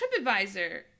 TripAdvisor